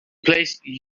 placed